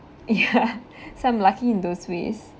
ya some lucky in those ways